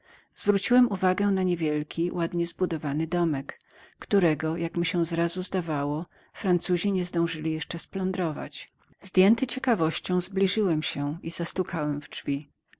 zwróciłem uwagę na niewielki ładnie zbudowany domek którego jak mi się zrazu zdawało francuzi nie zdążyli jeszcze splądrować zdjęty ciekawością zbliżyłem się i zastukałem w drzwi